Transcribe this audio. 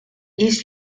east